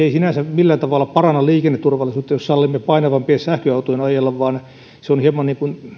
ei sinänsä millään tavalla paranna liikenneturvallisuutta jos sallimme painavampien sähköautojen ajella vaan se on hieman